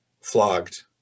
flogged